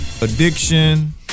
Addiction